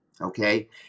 okay